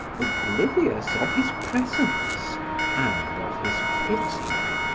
oblivious of his presence and of his pity.